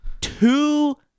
two